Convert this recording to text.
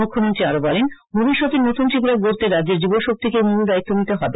মু খ্যমন্ত্রী আরো বলেন ভবিষ্যতের নতু ন ত্রিপু রা গড়তে রাজ্যের যু ব শক্তিকেই মূ ল দায়িত্ব নিতে হবে